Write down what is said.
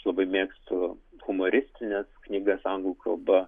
labai mėgstu humoristines knygas anglų kalba